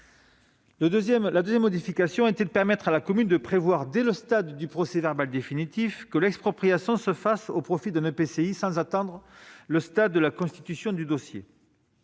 La deuxième visait à permettre à la commune de prévoir, dès le stade du procès-verbal définitif, que l'expropriation se fasse au profit d'un EPCI, sans attendre le stade de la constitution du dossier.